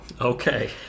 okay